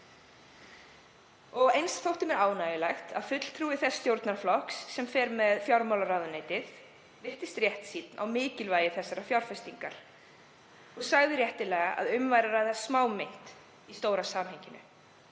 Eins þótti mér ánægjulegt að fulltrúi þess stjórnarflokks sem fer með fjármálaráðuneytið virtist sjá mikilvægi þessarar fjárfestingar og sagði réttilega að um væri að ræða smámynt í stóra samhenginu.